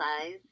size